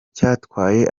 cyatwaye